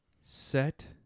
set